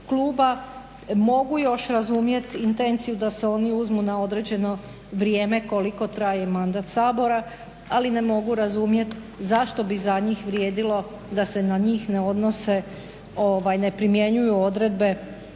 kluba. Mogu još razumjeti još intenciju da se oni uzmu na određeno vrijeme koliko traje mandat Sabora ali ne mogu razumjeti zašto bi za njih vrijedilo da se na njih ne primjenjuju odredbe